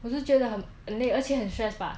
我是觉得很累而且很 stressed bah